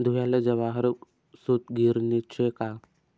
धुयाले जवाहर सूतगिरणी शे का